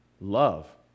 love